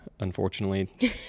Unfortunately